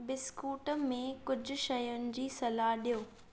biscuit में कुझु शयुनि जी सलाह ॾियो